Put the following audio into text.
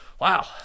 wow